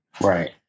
right